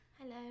Hello